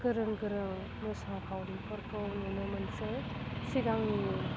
गोरों गोरों मोसाखावरिफोरखौ नुनो मोनसै सिगांनि